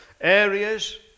Areas